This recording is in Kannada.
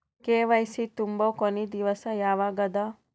ಕೆ.ವೈ.ಸಿ ತುಂಬೊ ಕೊನಿ ದಿವಸ ಯಾವಗದ?